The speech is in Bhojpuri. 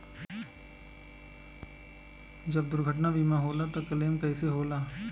जब दुर्घटना बीमा होला त क्लेम कईसे होला?